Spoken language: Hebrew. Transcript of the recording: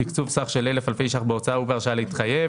תקצוב סך של 1,000 אלפי שקלים בהוצאה ובהרשאה להתחייב,